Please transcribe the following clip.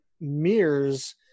mirrors